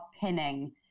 pinning